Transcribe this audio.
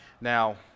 Now